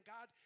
God